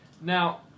Now